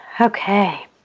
Okay